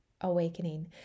awakening